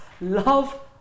love